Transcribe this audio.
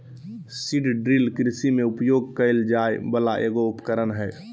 seed drill कृषि में उपयोग कइल जाय वला एगो उपकरण हइ